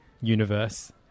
universe